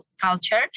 culture